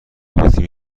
باطری